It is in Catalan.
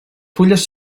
fulles